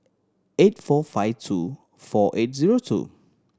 eight four five two four eight zero two